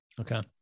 Okay